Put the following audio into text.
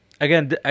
again